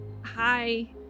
hi